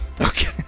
okay